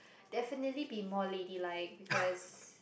definitely be more ladylike because